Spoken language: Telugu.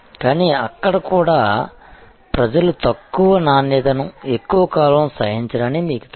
కానీ అక్కడ కూడా ప్రజలు తక్కువ నాణ్యతను ఎక్కువ కాలం సహించరని మీకు తెలుసు